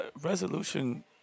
resolution